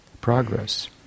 progress